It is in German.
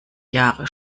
jahre